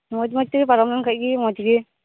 ᱢᱚᱪ ᱢᱚᱪᱛᱮᱜᱤ ᱯᱟᱨᱚᱢ ᱞᱮᱱᱠᱷᱟᱡᱜᱤ ᱢᱚᱡᱜᱤ